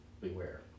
beware